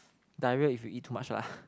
diarrhea if you eat too much lah